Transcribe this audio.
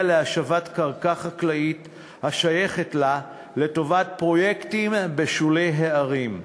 להשבת קרקע חקלאית השייכת לה לטובת פרויקטים בשולי הערים.